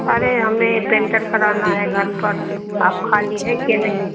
अरे हमें पेंटर कराना है घर पर आप खाली हैं कि नहीं